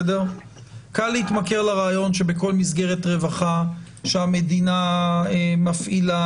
קל להתמכר לרעיון שבכל מסגרת רווחה שהמדינה מפעילה,